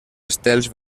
estels